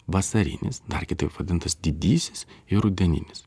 vasarinis dar kitaip vadintas didysis ir rudeninis